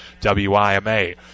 WIMA